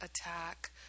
attack